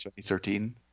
2013